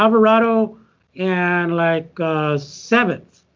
alvarado and like seventh.